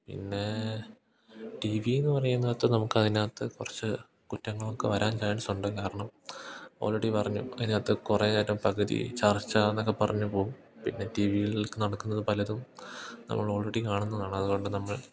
പിന്നേ ടീ വിയെന്നു പറയുന്നതികത്ത് നമുക്ക് അതിനകത്ത് കുറച്ച് കുറ്റങ്ങളൊക്കെ വരാൻ ചാൻസുണ്ട് കാരണം ഓൾറെഡി പറഞ്ഞു അതിനകത്ത് കുറേ നേരം പകുതി ചർച്ചയെന്നൊക്കെ പറഞ്ഞു പോകും പിന്നെ ടീ വിയിൽ നടക്കുന്നത് പലതും നമ്മൾ ഓൾറെഡി കാണുന്നതാണ് അതു കൊണ്ട് നമ്മൾ